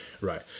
right